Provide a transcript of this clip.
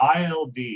ILD